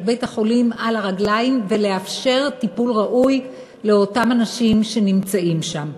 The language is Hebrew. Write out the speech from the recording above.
בית-החולים על הרגליים ולאפשר טיפול ראוי לאותם אנשים שנמצאים שם.